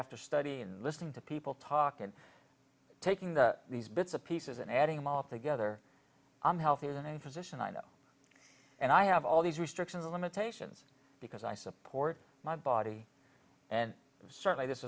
after study and listening to people talk and taking the these bits of pieces and adding them all together i'm healthier than any physician i know and i have all these restrictions and limitations because i support my body and certainly this